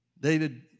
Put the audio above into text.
David